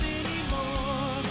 anymore